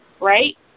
right